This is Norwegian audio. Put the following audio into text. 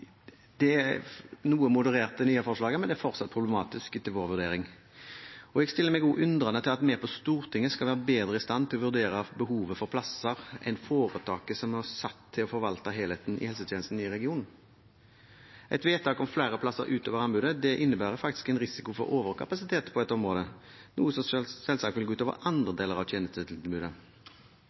Det er noe moderert i det nye forslaget, men det er fortsatt problematisk, etter vår vurdering. Jeg stiller meg også undrende til at vi på Stortinget skal være bedre i stand til å vurdere behovet for plasser enn foretaket som er satt til å forvalte helheten i helsetjenesten i regionen. Et vedtak om flere plasser utover anbudet innebærer faktisk en risiko for overkapasitet på dette området, noe som selvsagt vil gå ut over andre deler av tjenestetilbudet.